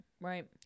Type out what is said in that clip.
right